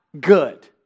good